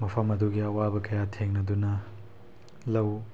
ꯃꯐꯝ ꯑꯗꯨꯒꯤ ꯑꯋꯥꯕ ꯀꯌꯥ ꯊꯦꯡꯅꯗꯨꯅ ꯂꯧ